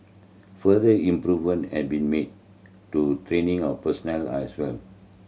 further improvement had been made to training of personnel as well